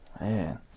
man